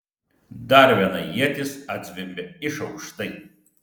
dar viena ietis atzvimbė iš aukštai